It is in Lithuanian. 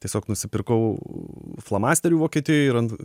tiesiog nusipirkau flomasterių vokietijoj ir ant